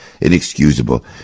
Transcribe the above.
inexcusable